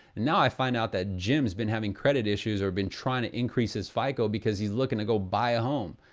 now i find out that jim has been having credit issues or been trying to increase his fico because he's looking to go buy a home.